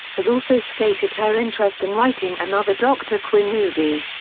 has also stated her interest in writing another dr. quinn movie.